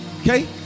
Okay